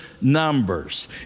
numbers